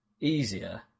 easier